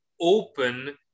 open